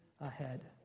ahead